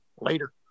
later